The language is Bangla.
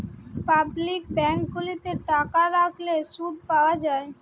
পাবলিক বেঙ্ক গুলাতে টাকা রাখলে শুধ পাওয়া যায়